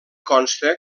consta